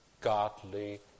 godly